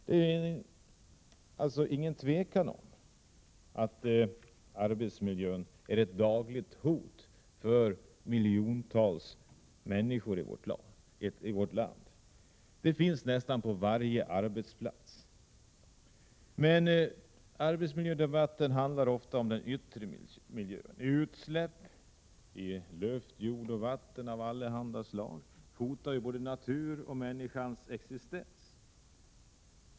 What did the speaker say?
Det råder alltså inget tvivel om att arbetsmiljön är ett dagligt hot för miljontals människor i vårt land. Riskerna finns nästan på varje arbetsplats, men arbetsmiljödebatten handlar ofta om den yttre miljön: utsläpp i luft, jord och vatten av allehanda slag hotar både naturen och människans existens.